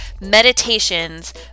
meditations